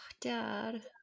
dad